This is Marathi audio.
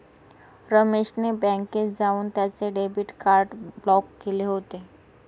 रमेश ने बँकेत जाऊन त्याचे डेबिट कार्ड ब्लॉक केले होते